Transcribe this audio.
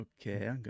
Okay